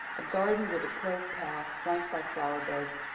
a garden with a curved path flanked by flower beds,